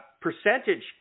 Percentage